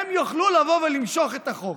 הם יוכלו לבוא ולמשוך את החוק.